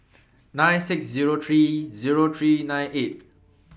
nine six Zero three Zero three nine eight